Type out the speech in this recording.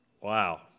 Wow